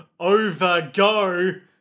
overgo